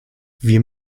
wir